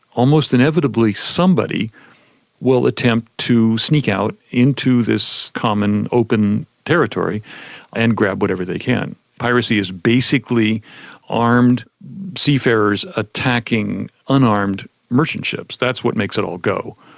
almost inevitably somebody will attempt to sneak out into this common, open territory and grab whatever they can. piracy is basically armed seafarers attacking unarmed merchant ships. that's what makes it all go.